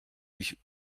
mich